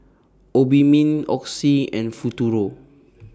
Obimin Oxy and Futuro